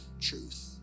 truth